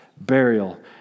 burial